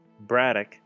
Braddock